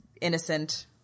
innocent